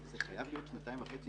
זה חייב להיות שנתיים וחצי?